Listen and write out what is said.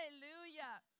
hallelujah